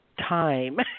Time